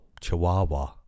chihuahua